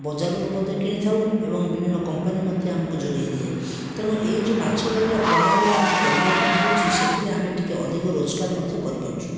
ବଜାରରୁ ମଧ୍ୟ କିଣିଥାଉ ଏବଂ ବିଭିନ୍ନ କମ୍ପାନୀ ମଧ୍ୟ ଆମକୁ ଯୋଗେଇଦିଏ ତେଣୁ ଏହି ଯେଉଁ ମାଛ ଧରିବା ପ୍ରଣାଳୀରେ ଆମର ଯେଉଁ ପରିବର୍ତ୍ତନ ହୋଇଛି ସେଥିରେ ଆମେ ଟିକିଏ ଅଧିକ ରୋଜଗାର ମଧ୍ୟ କରିପାରୁଛୁ